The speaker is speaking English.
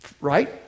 Right